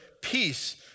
peace